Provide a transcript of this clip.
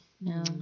No